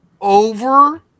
over